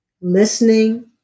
listening